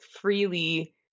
freely